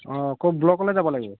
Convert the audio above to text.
অঁ ক'ত ব্লকলৈ যাব লাগিব